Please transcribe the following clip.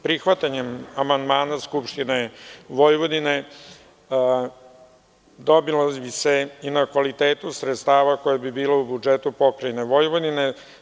Prihvatanjem amandmana Skupštine Vojvodine dobilo bi se i na kvalitetu sredstava koja bi bila u budžetu pokrajine Vojvodine.